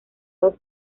los